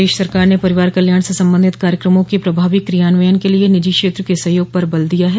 प्रदेश सरकार ने परिवार कल्याण से संबंधित कार्यक्रमों के प्रभावी क्रियान्वयन के लिए निजी क्षेत्र के सहयोग पर बल दिया है